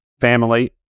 family